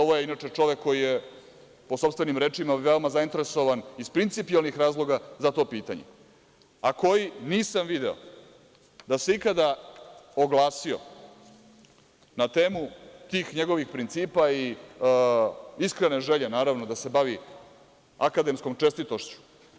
Ovo je inače čovek koji je po sopstvenim rečima veoma zainteresovan iz principijelnih razloga za to pitanje, a koji nisam video da se ikada oglasio na temu tih njegovih principa i iskrene želje, naravno, da se bavi akademskom čestitošću.